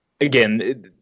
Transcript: again